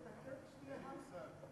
הסכסוך הונח על שולחן